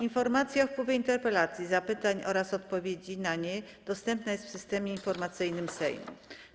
Informacja o wpływie interpelacji, zapytań oraz odpowiedzi na nie dostępna jest w Systemie Informacyjnym Sejmu.